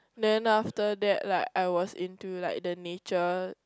then after that like I was into like the nature